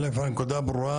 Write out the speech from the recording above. הנקודה ברורה,